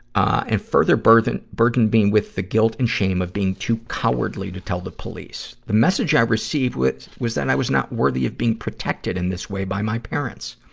and further burdened burdened being with the guilt and shame of being too cowardly to tell the police. the message i received was that i was not worthy of being protected in this way by my parents.